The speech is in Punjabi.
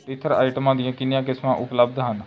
ਟੀਥਰ ਆਈਟਮਾਂ ਦੀਆਂ ਕਿੰਨੀਆਂ ਕਿਸਮਾਂ ਉਪਲਬਧ ਹਨ